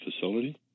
facility